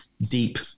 deep